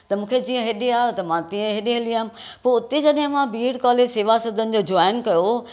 त मूंखे जीअं हेॾे आहे त मां तीअं हेॾे हली आहियमि त हुते मां बीएड शेवा सदन जो जॉइन कयो